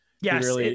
Yes